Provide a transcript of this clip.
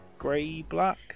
Grey-black